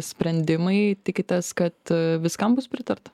sprendimai tikitės kad viskam bus pritarta